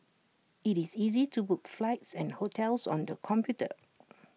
IT is easy to book flights and hotels on the computer